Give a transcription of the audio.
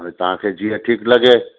हाणे तव्हांखे जीअं ठीकु लॻे